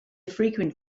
frequent